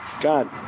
god